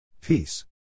Peace